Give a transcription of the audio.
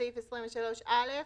בסעיף 23(א)